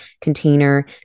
container